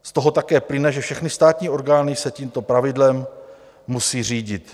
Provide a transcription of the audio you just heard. Z toho také plyne, že všechny státní orgány se tímto pravidlem musí řídit.